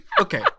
Okay